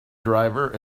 driver